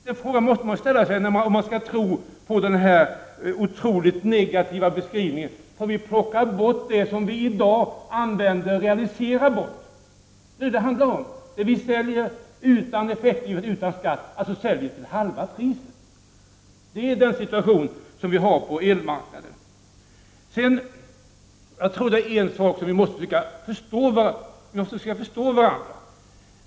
Den frågan måste man ställa sig om man skall tro på denna otroligt negativa beskrivning. Då skulle vi få plocka bort — realisera bort — det som vi i dag använder. Detta är vad det handlar om. Vi säljer utan skatt, alltså till halva priset. Det är den situation vi har på elmarknaden. Vi måste i fråga om en sak försöka förstå varandra.